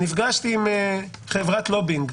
נפגשתי עם חברת לובינג,